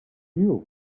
you